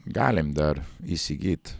galim dar įsigyt